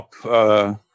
top